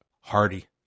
Hardy